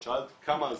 את שאלת כמה עזבו,